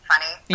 Funny